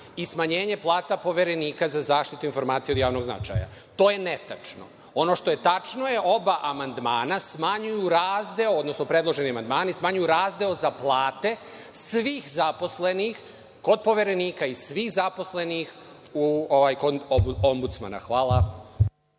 i smanjenje Poverenika za zaštitu informacija od javnog značaja. To je netačno. Ono što je tačno oba amandmana smanjuju razdeo, odnosno predloženi amandmani smanjuju razdeo za plate svih zaposlenih kod Poverenika i svih zaposlenih kod Ombudsmana. Hvala.